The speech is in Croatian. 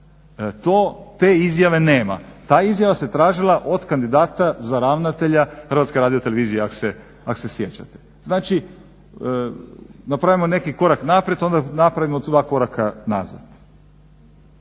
Te izjave nema. Ta izjava se tražila od kandidata za ravnatelja HRT-a ako se sjećate. Znači, napravimo neki korak naprijed, onda napravimo dva koraka nazad.